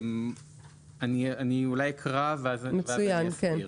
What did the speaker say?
אני אקרא ואז אני אסביר.